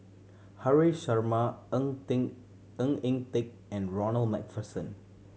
Haresh Sharma Ng Teng Ng Eng Teng and Ronald Macpherson